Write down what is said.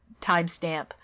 timestamp